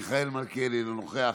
אינו נוכח, מיכאל מלכיאלי, אינו נוכח,